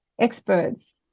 experts